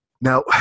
Now